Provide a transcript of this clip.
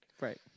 Right